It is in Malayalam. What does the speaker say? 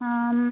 ആ